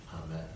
Amen